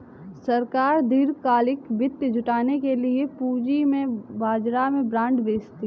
सरकार दीर्घकालिक वित्त जुटाने के लिए पूंजी बाजार में बॉन्ड बेचती है